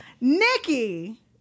Nikki